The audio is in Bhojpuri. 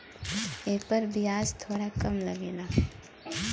एपर बियाज थोड़ा कम लगला